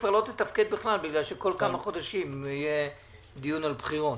לא תתפקד בכלל כי כל כמה חודשים יהיה דיון על בחירות.